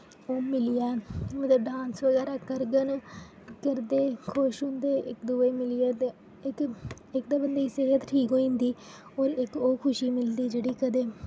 ओह् मिलियै उद्धर डांस बगैरा करदे न करदे खुश होंदे इक दूऐ मिलिये इक ते बंदे सेह्त ठीक होई जन्दी इक ते ओह् खुशी मिलदी जेह्ड़ी कदे